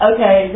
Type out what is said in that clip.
Okay